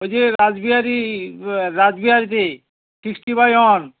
ওই যে রাসবিহারী রাসবিহারীতে সিক্সটি বাই ওয়ান